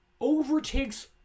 overtakes